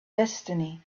destiny